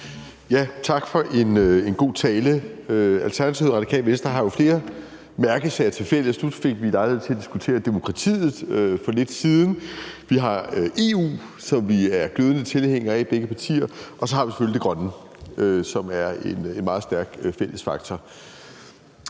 Tak for en god tale. Alternativet og Radikale Venstre har jo flere mærkesager tilfælles. Nu fik vi lejlighed til at diskutere demokratiet for lidt siden, vi har EU, som vi er glødende tilhængere af i begge partier, og så har vi selvfølgelig det grønne, som er en meget stærk fælles faktor.